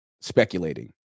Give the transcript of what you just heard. speculating